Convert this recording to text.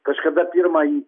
kažkada pirmąjį